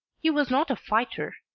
he was not a fighter,